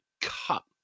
cup